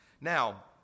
Now